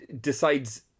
decides